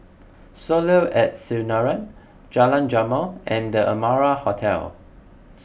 Soleil at Sinaran Jalan Jamal and the Amara Hotel